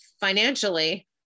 financially